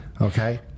Okay